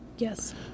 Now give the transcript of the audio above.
Yes